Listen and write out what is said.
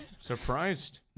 Surprised